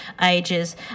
ages